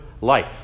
life